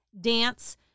dance